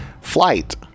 flight